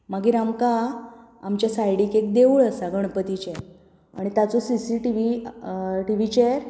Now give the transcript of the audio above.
मागीर आमकां आमचे सायडीक एक देवूळ आसा गणपतीचें आनी ताचो सी सी टी वी टीवीचेर